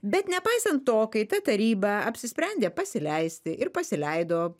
bet nepaisant to kai ta taryba apsisprendė pasileisti ir pasileido